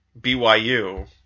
BYU